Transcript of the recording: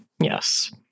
Yes